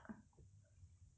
ya that's true